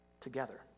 together